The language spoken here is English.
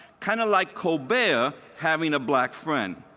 kind of like colbert, yeah having a black friend.